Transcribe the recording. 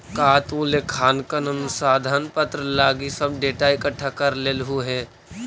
का तु लेखांकन अनुसंधान पत्र लागी सब डेटा इकठ्ठा कर लेलहुं हे?